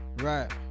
Right